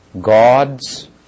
Gods